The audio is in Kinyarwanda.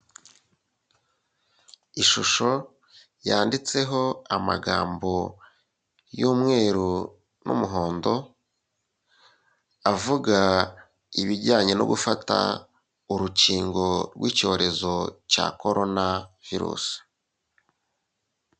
Ishusho yanditseho amagambo y'umweru n'umuhondo, avuga ibijyanye no gufata urukingo rw'icyorezo cya korona virusi.